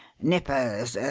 nippers,